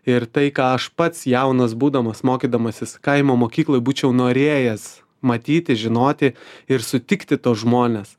ir tai ką aš pats jaunas būdamas mokydamasis kaimo mokykloj būčiau norėjęs matyti žinoti ir sutikti tuos žmones